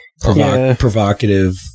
provocative